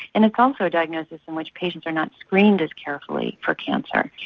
and it's also a diagnosis in which patients are not screened as carefully for cancer,